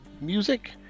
music